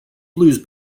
blues